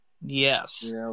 Yes